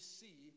see